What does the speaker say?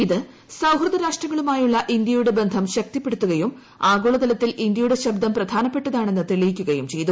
ഇത് സൌഹൃദരാഷ്ട്രങ്ങളുമായുള്ള ഇന്തൃയുടെ ബന്ധം ശക്തിപ്പെടുത്തുകയും ആഗോളതലത്തിൽ ഇന്ത്യയുടെ ശബ്ദം പ്രധാനപ്പെട്ടതാണെന്ന് തെളിയിക്കുകയും ചെയ്തു